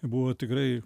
buvo tikrai